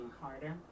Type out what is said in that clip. harder